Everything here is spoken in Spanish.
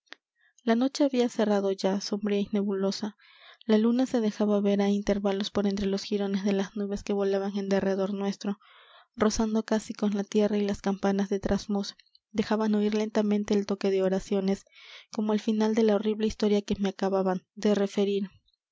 la noche había cerrado ya sombría y nebulosa la luna se dejaba ver á intervalos por entre los jirones de las nubes que volaban en derredor nuestro rozando casi con la tierra y las campanas de trasmoz dejaban oir lentamente el toque de oraciones como al final de la horrible historia que me acababan de referir